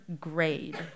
grade